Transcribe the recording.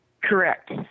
Correct